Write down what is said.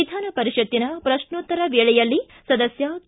ವಿಧಾನ ಪರಿಷತ್ತಿನ ಪ್ರಕ್ಷೋತ್ತರ ವೇಳೆಯಲ್ಲಿ ಸದಸ್ಕ ಕೆ